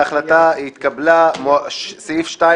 הצבעה בעד,